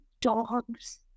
dogs